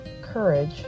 courage